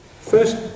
First